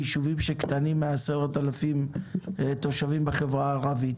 ביישובים שקטנים מ-10 אלף תושבים בחברה הערבית,